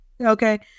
okay